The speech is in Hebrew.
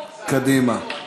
קדימה.